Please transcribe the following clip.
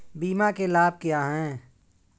बीमा के लाभ क्या हैं?